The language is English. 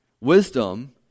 Wisdom